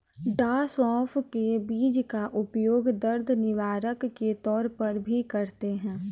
डॉ सौफ के बीज का उपयोग दर्द निवारक के तौर पर भी करते हैं